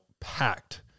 packed